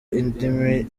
indimi